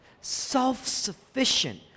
self-sufficient